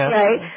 right